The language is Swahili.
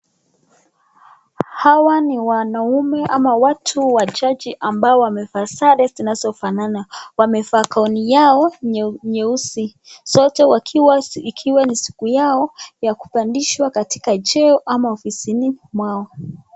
Hawa ni wanaume ama watu wachache ambao wamevaa sare zinazofanana, wamevaa gauni yao nyeusi. Zote ikiwa ni siku yao ya kupandishwa katika cheo ama ofisini mwao.